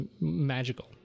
magical